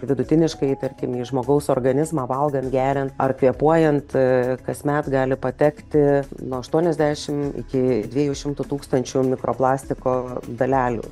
vidutiniškai tarkim į žmogaus organizmą valgant geriant ar kvėpuojant kasmet gali patekti nuo aštuoniasdešimt iki dviejų šimtų tūkstančių mikroplastiko dalelių